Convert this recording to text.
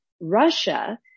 Russia